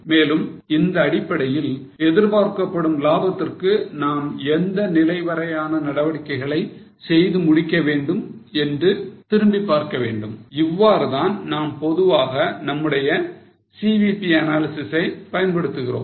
மேலும் இந்த அடிப்படையில் எதிர்பார்க்கப்படும் லாபத்திற்கு நாம் எந்த நிலை வரையான நடவடிக்கைகளை செய்து முடிக்க வேண்டும் என்று திரும்பிப் பார்க்கவேண்டும் இவ்வாறுதான் நாம் பொதுவாக நம்முடைய CVP analysis ஐ பயன்படுத்துகிறோம்